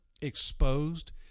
exposed